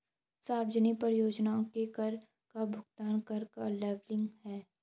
सार्वजनिक परियोजनाओं में कर का भुगतान कर का लेबलिंग है